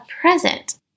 present